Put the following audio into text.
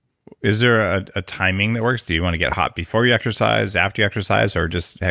is there a ah timing that works? do you want to get hot before you exercise, after you exercise or just heck,